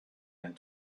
and